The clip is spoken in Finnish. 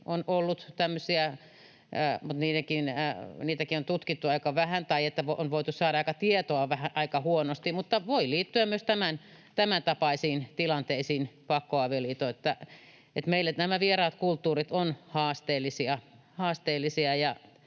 On ollut tämmöisiä, mutta niitäkin on tutkittu aika vähän tai on voitu saada tietoa aika huonosti, mutta voi liittyä myös tämäntapaisiin tilanteisiin pakkoavioliittoja. Meille nämä vieraat kulttuurit ovat haasteellisia,